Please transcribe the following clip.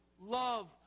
love